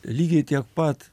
lygiai tiek pat